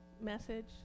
message